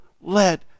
let